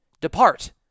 Depart